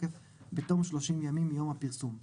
לתוקף בתום 30 ימים מיום הפרסום ואולם,